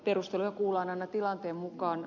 perusteluja kuullaan aina tilanteen mukaan